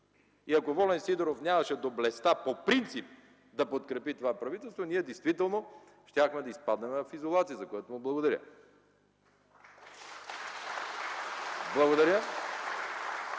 И ако Волен Сидеров нямаше доблестта по принцип да подкрепи това правителство, ние действително щяхме да изпаднем в изолация, за което му благодаря.